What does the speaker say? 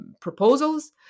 proposals